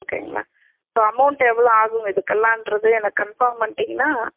ஓகேங்க ma'am so amount எவ்வளோ ஆகும் இதற்கெல்லான்றது எனக் கன்ஃபார்ம் பண்ணிட்டீங்கன்னா